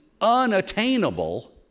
unattainable